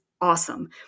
awesome